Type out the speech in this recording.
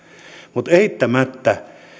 mutta eittämättä